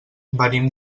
venim